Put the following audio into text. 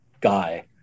guy